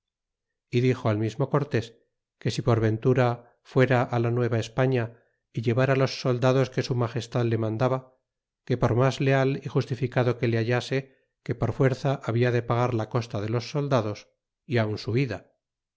y dixo al mismo cortés que si por ventura fuera á la nueva españa y llevara los soldados que su magestad le mandaba que por mas leal y justificado que le hallase que por fuerza habia de pagar la costa de los soldados y aun su ida